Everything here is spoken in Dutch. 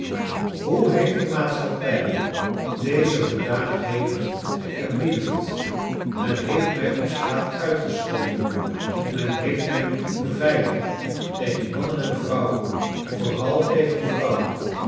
hoe heeft de maatschappij deze hoedanigheden geeerbiedigd men heeft mij op straat uitgescholden men heeft mij moeteu beveiligen tegen mannen en vrouwen vooral tegen vrouwen